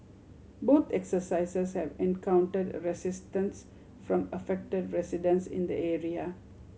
both exercises have encountered resistance from affected residents in the area